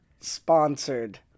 sponsored